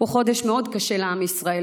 הוא חודש מאוד קשה לעם ישראל.